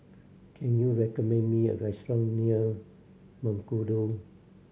can you recommend me a restaurant near Mengkudu